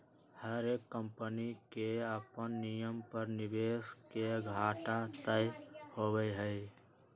हर एक कम्पनी के अपन नियम पर निवेश के घाटा तय होबा हई